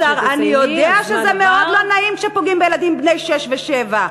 באוצר: אני יודע שזה מאוד לא נעים כשפוגעים בילדים בני שש ושבע,